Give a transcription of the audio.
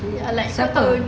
siapa